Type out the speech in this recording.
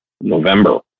November